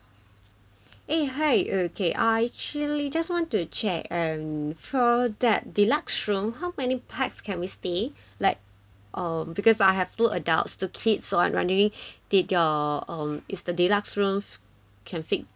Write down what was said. eh hi uh okay I actually just want to check and for that deluxe room how many paxs can we stay like um because I have two adults two kid so I wondering did your um is the deluxe room can fit four of us